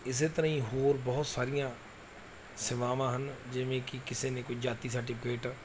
ਇਸ ਤਰ੍ਹਾਂ ਹੀ ਹੋਰ ਬਹੁਤ ਸਾਰੀਆਂ ਸੇਵਾਵਾਂ ਹਨ ਜਿਵੇਂ ਕਿ ਕਿਸੇ ਨੇ ਕੋਈ ਜਾਤੀ ਸਰਟੀਫਿਕੇਟ